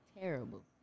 Terrible